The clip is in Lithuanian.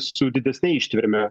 su didesne ištverme